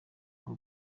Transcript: ngo